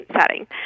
setting